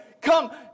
come